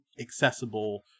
accessible